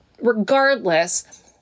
regardless